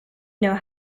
know